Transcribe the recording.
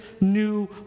new